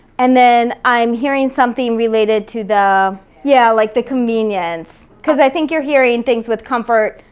and then i'm hearing something related to the, yeah, like the convenience, cause i think you're hearing things with comfort,